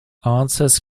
answers